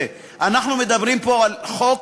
אבל אנחנו מדברים פה על חוק